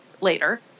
later